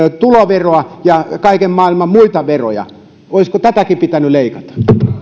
tuloveroa että kaiken maailman muita veroja olisiko tätäkin pitänyt leikata